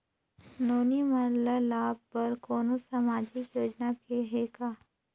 नोनी मन ल लाभ बर कोनो सामाजिक योजना हे का?